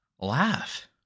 Laugh